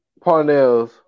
Parnell's